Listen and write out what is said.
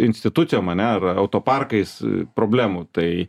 institucijom ane ar autoparkais problemų tai